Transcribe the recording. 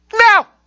Now